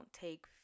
take